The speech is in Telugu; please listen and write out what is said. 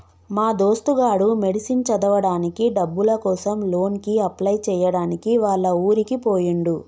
మా దోస్తు గాడు మెడిసిన్ చదవడానికి డబ్బుల కోసం లోన్ కి అప్లై చేయడానికి వాళ్ల ఊరికి పోయిండు